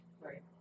Right